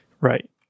Right